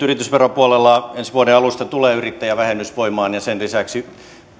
yritysveropuolella ensi vuoden alusta tulee yrittäjävähennys voimaan ja sen lisäksi